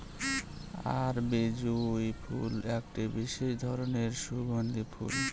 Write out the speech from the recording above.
আরবি জুঁই ফুল একটি বিশেষ ধরনের সুগন্ধি ফুল